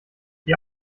die